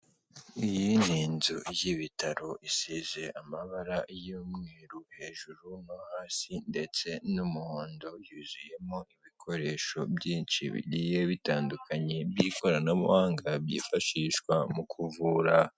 Iyi ni inzu y'ibitaro isize amabara y'umweru hejuru no hasi ndetse n'umuhondo, yuzuyemo ibikoresho byinshi bigiye bitandukanye by'ikoranabuhanga byifashishwa mu kuvura.